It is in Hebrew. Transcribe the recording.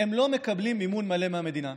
הם לא מקבלים מימון מלא מהמדינה.